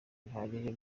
bihagije